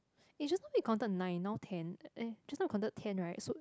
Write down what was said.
eh just now we counted nine now ten eh just now we counted ten right so